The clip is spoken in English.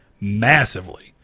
massively